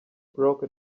broke